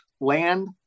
land